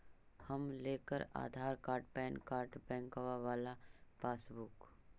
हम लेकर Aadhaar card PAN card बैंकवा वाला पासबुक?